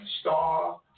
Star